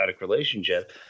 relationship